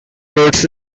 goods